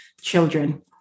children